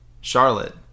Charlotte